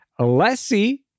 Alessi